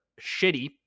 shitty